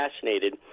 fascinated